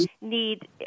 need